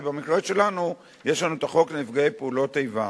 ובמקרה שלנו יש לנו החוק לנפגעי פעולות איבה.